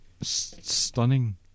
stunning